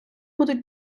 будуть